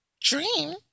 dream